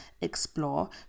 explore